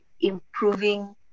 improving